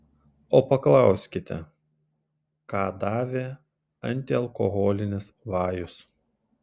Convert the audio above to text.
o paklauskite ką davė antialkoholinis vajus